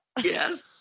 Yes